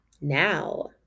Now